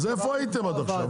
אבל יש לך את האקסל הזה ממילא.